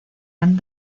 han